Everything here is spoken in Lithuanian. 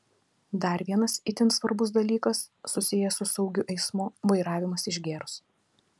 dar vienas itin svarbus dalykas susijęs su saugiu eismu vairavimas išgėrus